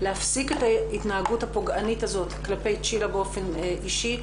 להפסיק את ההתנהגות הפוגענית הזאת כלפי צ'ילה באופן אישי,